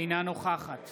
אינה נוכחת